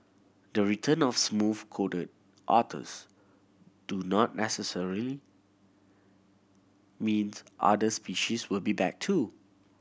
the return of smooth coated otters do not necessary means other species will be back too